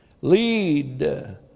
lead